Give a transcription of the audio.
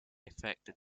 affected